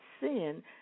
sin